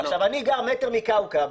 אני גר מטר מכאוכב,